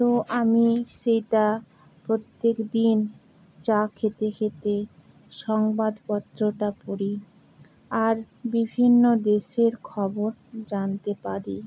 তো আমি সেইটা প্রত্যেক দিন চা খেতে খেতে সংবাদপত্রটা পড়ি আর বিভিন্ন দেশের খবর জানতে পারি